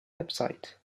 website